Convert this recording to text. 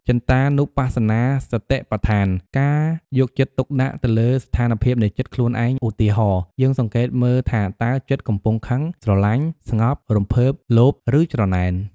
ចិត្តានុបស្សនាសតិប្បដ្ឋាន ការយកចិត្តទុកដាក់ទៅលើស្ថានភាពនៃ ចិត្ត ខ្លួនឯង ឧទាហរណ៍ យើងសង្កេតមើលថាតើចិត្តកំពុងខឹង ស្រលាញ់ ស្ងប់ រំភើប លោភ ឬច្រណែន។